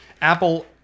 Apple